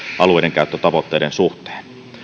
alueidenkäyttötavoitteiden suhteen